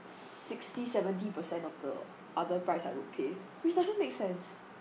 sixty seventy percent of the other price I would pay which doesn't make sense